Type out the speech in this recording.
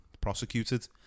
prosecuted